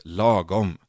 lagom